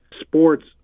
sports